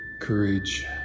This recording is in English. courage